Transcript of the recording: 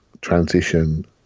transition